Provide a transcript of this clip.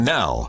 now